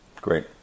Great